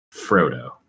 Frodo